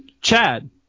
chad